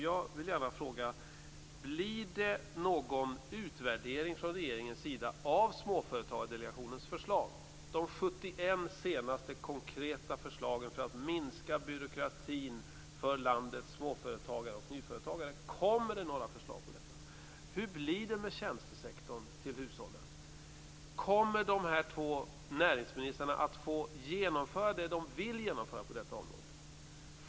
Jag vill gärna fråga: Blir det någon utvärdering från regeringens sida av Småföretagardelegationens förslag, de 71 senaste konkreta förslagen för att minska byråkratin för landets småföretagare och nyföretagare? Kommer det några förslag om detta? Hur blir det med tjänstesektorn i fråga om hushållen? Kommer de två näringsministrarna att få genomföra det de vill genomföra på detta område?